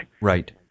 Right